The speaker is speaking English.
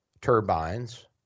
turbines